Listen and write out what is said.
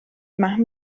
machen